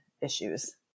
issues